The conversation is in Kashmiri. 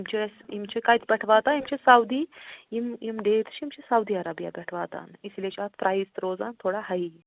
یِم چھِ أسۍ یِم چھِ کَتہِ پٮ۪ٹھ واتان یِم چھِ سعودی یِم یِم ڈیٹٕس چھِ یِم چھِ سعودی عربہ پٮ۪ٹھ واتان اسی لیے چھِ اَتھ پرٛایِز تہِ روزان تھوڑا ہایی